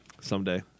someday